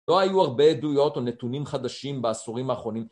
לא היו הרבה עדויות או נתונים חדשים בעשורים האחרונים